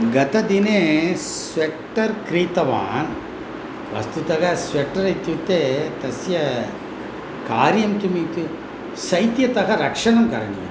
गतदिने स्वेट्टर् क्रीतवान् वस्तुतः स्वेट्टर् इत्युक्ते तस्य कार्यं किमिति शैत्यात् रक्षणं करणीयं